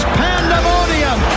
pandemonium